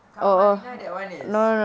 kak malinah that one is